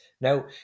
now